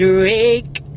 Drake